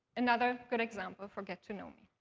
another good example for get to know me.